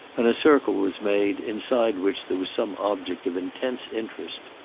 and a circle was made, inside which there was some object of intense interest.